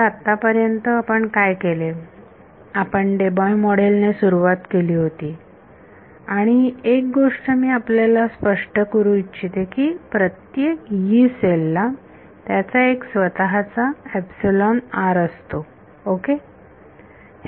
तर आत्तापर्यंत आपण काय केले आपण डेबाय मॉडेल ने सुरुवात केली होती आणि एक गोष्ट मी आपल्याला स्पष्ट करू इच्छिते की प्रत्येक यी सेल ला त्याचा एक स्वतःचा असतो ओके